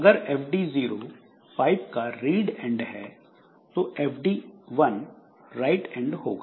अगर fd 0 pipe का read end है तो fd 1 राइट एंड होगा